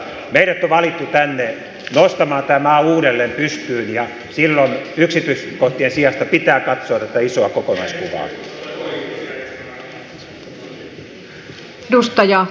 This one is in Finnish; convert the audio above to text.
meidät on valittu tänne nostamaan tämä maa uudelleen pystyyn ja silloin yksityiskohtien sijasta pitää katsoa tätä isoa kokonaiskuvaa